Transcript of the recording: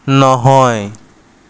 নহয়